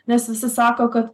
nes visi sako kad